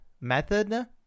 method